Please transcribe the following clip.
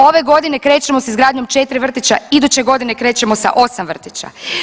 Ove godine krećemo s izgradnjom 4 vrtića, iduće godine krećemo sa 8 vrtića.